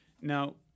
Now